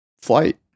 flight